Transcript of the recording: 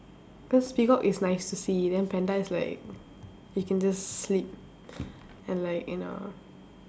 because peacock is nice to see then panda is like you can just sleep and like you know